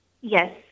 Yes